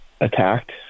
attacked